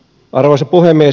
arvoisa puhemies